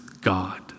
God